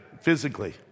physically